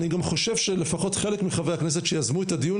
אני גם חושב שלפחות חלק מחברי הכנסת שיזמו את הדיון